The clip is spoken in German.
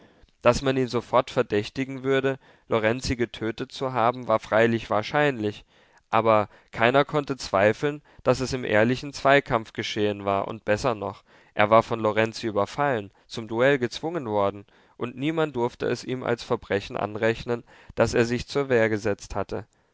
daß man ihn sofort verdächtigen würde lorenzi getötet zu haben war freilich wahrscheinlich aber keiner konnte zweifeln daß es im ehrlichen zweikampf geschehen war und besser noch er war von lorenzi überfallen zum duell gezwungen worden und niemand durfte es ihm als verbrechen anrechnen daß er sich zur wehr gesetzt hatte